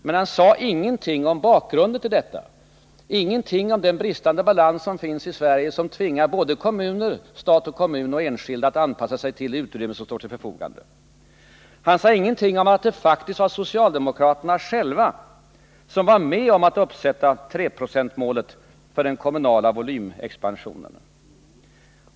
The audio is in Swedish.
Men han sade ingenting om bakgrunden till detta, dvs. den bristande balans i vårt land vilken tvingar stat, kommuner och enskilda att anpassa sig till det utrymme som står till förfogande, ingenting om att faktiskt socialdemokraterna själva var med om att sätta upp 3-procentsmålet för den kommunala volymexpansionen.